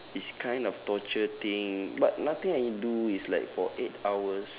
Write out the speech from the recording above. it's kind of torture thing but nothing I do is like for eight hours